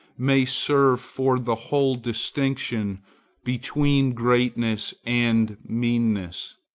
may serve for the whole distinction between greatness and meanness.